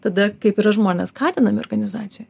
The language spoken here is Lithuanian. tada kaip yra žmonės skatinami organizacijoj